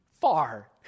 Far